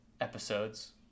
episodes